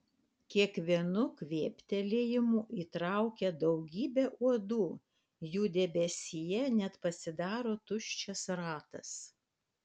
kiekvienu kvėptelėjimu įtraukia daugybę uodų jų debesyje net pasidaro tuščias ratas